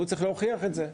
הוא צריך להוכיח את זה.